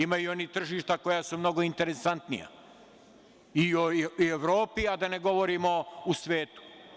Imaju oni tržišta koja su mnogo interesantnija i u Evropi, a da ne govorimo u svetu.